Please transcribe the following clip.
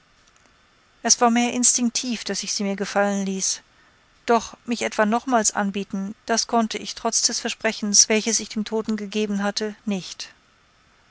es war mehr instinktiv daß ich sie mir gefallen ließ doch mich etwa nochmals anbieten das konnte ich trotz des versprechens welches ich dem toten gegeben hatte nicht